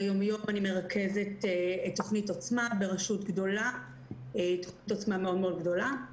ביום יום אני מרכזת תוכנית "עוצמה" מאוד מאוד גדולה ברשות גדולה.